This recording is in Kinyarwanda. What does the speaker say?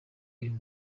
uyu